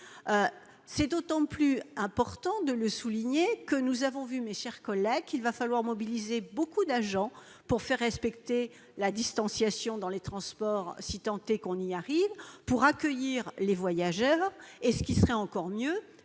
est d'autant plus important de le souligner que nous savons qu'il faudra mobiliser de nombreux agents pour faire respecter la distanciation dans les transports, si tant est que l'on y arrive, pour accueillir les voyageurs et, ce qui serait encore mieux,